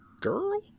Girl